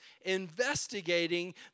investigating